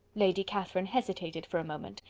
lady catherine hesitated for a moment,